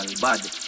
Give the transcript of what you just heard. Bad